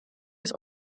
des